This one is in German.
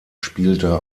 spielte